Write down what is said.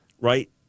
right